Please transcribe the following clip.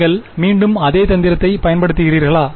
நீங்கள் மீண்டும் அதே தந்திரத்தை பயன்படுத்துகிறீர்களா